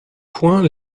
point